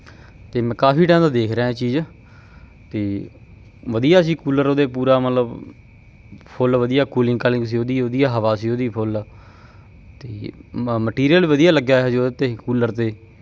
ਅਤੇ ਮੈਂ ਕਾਫੀ ਟਾਈਮ ਦਾ ਦੇਖ ਰਿਹਾ ਚੀਜ਼ ਅਤੇ ਵਧੀਆ ਸੀ ਕੂਲਰ ਉਹਦੇ ਪੂਰਾ ਮਤਲਬ ਫੁੱਲ ਵਧੀਆ ਕੂਲਿੰਗ ਕਾਲਿੰਗ ਸੀ ਉਹਦੀ ਉਹਦੀ ਹਵਾ ਸੀ ਉਹਦੀ ਫੁੱਲ ਅਤੇ ਮਟੀਰੀਅਲ ਵਧੀਆ ਲੱਗਿਆ ਹੋਇਆ ਸੀ ਉਹਦੇ 'ਤੇ ਕੂਲਰ 'ਤੇ